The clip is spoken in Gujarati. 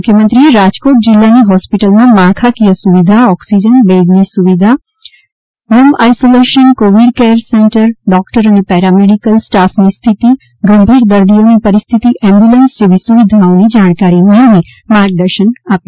મુખ્યમંત્રીએ રાજકોટ જિલ્લાની હોસ્પિટલમાં માળખાકીય સુવિધા ઓકસીજન બેડની સુવિધા માનવ સંસાધન home isolation Covid care centre doctor અને પેરામેડિકલ સ્ટાફની સ્થિતિ ગંભીર દર્દીઓની પરિસ્થિતિ એમ્બ્યુલન્સ જેવી સુવિધાની જાણકારી મેળવી માર્ગદર્શન પૂર્ણ પાડયું હતું